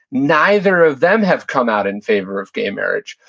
neither of them have come out in favor of gay marriage.